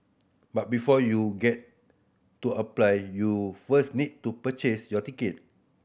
but before you get to apply you first need to purchase your ticket